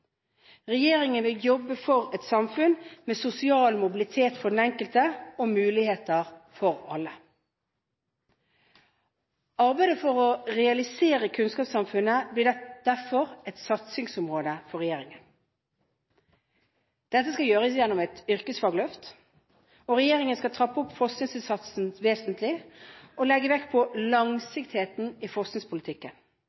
Regjeringen vil jobbe for et samfunn med sosial mobilitet for den enkelte og muligheter for alle. Arbeidet for å realisere kunnskapssamfunnet blir derfor et satsingsområde for regjeringen. Det skal gjennomføres et yrkesfagløft. Regjeringen skal trappe opp forskningsinnsatsen vesentlig og legge vekt på